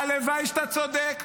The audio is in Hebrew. הלוואי שאתה צודק.